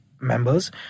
members